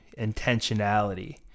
intentionality